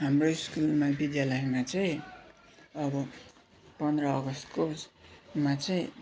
हाम्रो स्कुलमा विद्यालयमा चाहिँ अब पन्ध्र अगस्तको उसमा चाहिँ